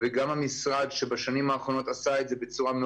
גורמים בין-לאומיים, יזמים פרטיים